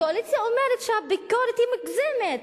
הקואליציה אומרת שהביקורת מוגזמת,